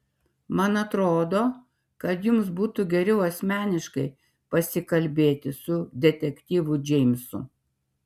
man atrodo kad jums būtų geriau asmeniškai pasikalbėti su detektyvu džeimsu